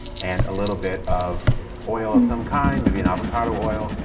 and a little bit of oil of some kind, maybe an avocado oil.